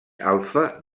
alfa